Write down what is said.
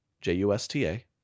J-U-S-T-A